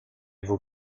vos